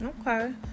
Okay